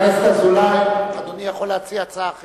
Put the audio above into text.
חבר הכנסת אזולאי, אדוני יכול להציע הצעה אחרת.